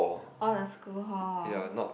all the school hall